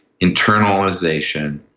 internalization